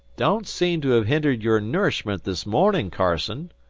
don't seem to have hindered your nourishment this morning, carsen.